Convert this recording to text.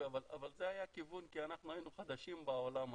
אבל זה היה הכיוון כי אנחנו היינו חדשים בעולם הזה,